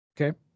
Okay